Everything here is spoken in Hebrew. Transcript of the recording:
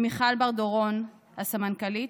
למיכל בר-דורון הסמנכ"לית,